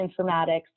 informatics